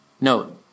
Note